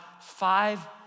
five